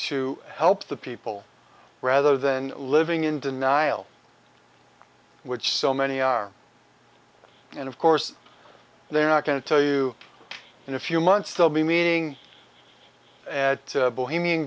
to help the people rather than living in denial which so many are and of course they're not going to tell you in a few months they'll be meeting at bohemian